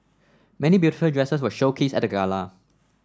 many beautiful dresses were showcased at the gala